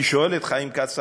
אני שואל את חיים כץ,